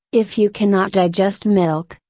if you cannot digest milk,